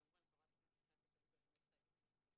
כמובן לחברת הכנסת יפעת שאשא ביטון,